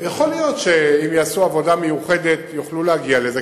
יכול להיות שאם יעשו עבודה מיוחדת יוכלו להגיע לזה,